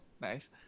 Nice